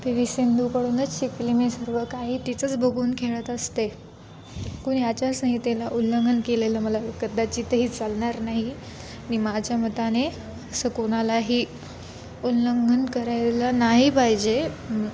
P V सिंधूकडूनच शिकले मी सर्व काही तिचंच बघून खेळत असते कोणी आचारसंहितेला उल्लंघन केलेलं मला कदाचितही चालणार नाही आणि माझ्या मताने असं कोणालाही उल्लंघन करायला नाही पाहिजे